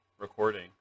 Recording